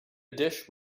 dish